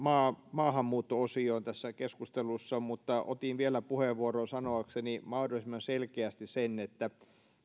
maahanmuutto osioon tässä keskustelussa mutta otin vielä puheenvuoron sanoakseni mahdollisimman selkeästi sen että